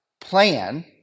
plan